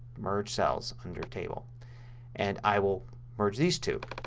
merge cells under table and i will merge these two.